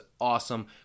awesome